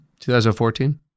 2014